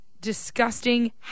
disgusting